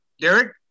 Derek